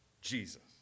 Jesus